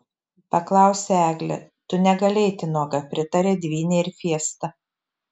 paklausė eglė tu negali eiti nuoga pritarė dvynei ir fiesta